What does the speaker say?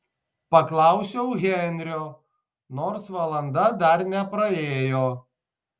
paklausiau henrio nors valanda dar nepraėjo